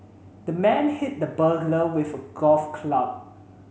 the man hit the burglar with a golf club